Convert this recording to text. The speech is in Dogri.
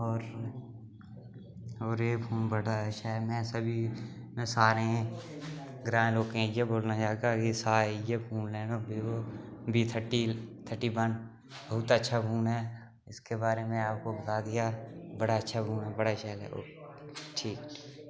होर होर एह् फोन बड़ा अच्छा ऐ में सभी सारें ग्रांऽ दे लोकें गी इ'यै बोलना चाह्गा कि सारे इ'यै फोन लैन Vivo V thirty thirty one बहुत अच्छा फोन ऐ इसके बारे में आपको बता दिया बड़ा अच्छा फोन ऐ बड़ा शैल ऐ ओके ठीक